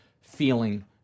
feeling